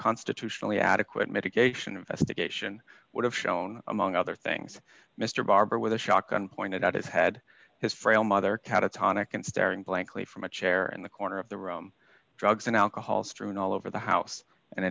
constitutionally adequate mitigation investigation would have shown among other things mr barber with a shotgun pointed out it had his frail mother catatonic and staring blankly from a chair and the corner of the room drugs and alcohol strewn all over the house and